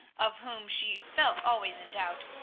of whom she felt always in doubt,